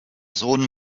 sohn